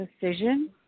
decision